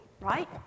right